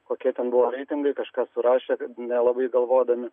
kokie ten buvo reitingai kažkas surašė nelabai galvodami